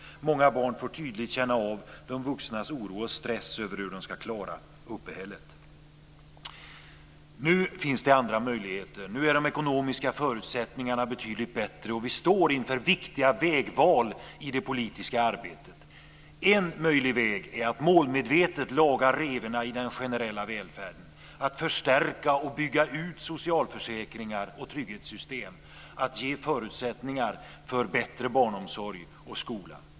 Många barn får tydligt känna av de vuxnas oro och stress över hur de ska klara uppehället. Nu finns det andra möjligheter. Nu är de ekonomiska förutsättningarna betydligt bättre, och vi står inför viktiga vägval i det politiska arbetet. En möjlig väg är att målmedvetet laga revorna i den generella välfärden, förstärka och bygga ut socialförsäkringar och trygghetssystem och ge förutsättningar för bättre barnomsorg och skola.